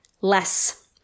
less